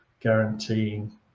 guaranteeing